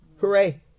Hooray